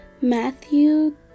Matthew